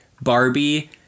Barbie